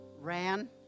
ran